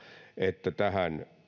että tähän